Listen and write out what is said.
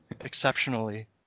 exceptionally